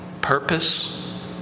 purpose